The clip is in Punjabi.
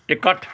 ਇਕੱਠ